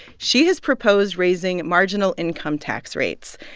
she has proposed raising marginal income tax rates,